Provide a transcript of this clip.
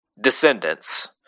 descendants